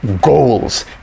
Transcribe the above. goals